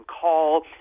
call